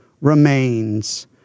remains